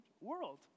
world